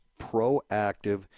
proactive